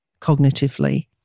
cognitively